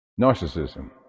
narcissism